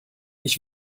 ich